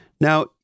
Now